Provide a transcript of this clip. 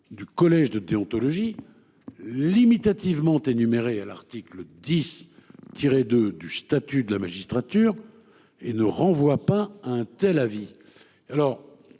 du collège de déontologie. Limitativement énumérées à l'article 10 tiré de du statut de la magistrature et ne renvoie pas à un tel avis. Alors